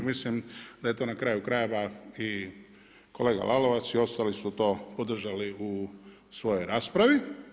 Mislim da je to na kraju krajeva i kolega Lalovac i ostali su to podržali u svojoj raspravi.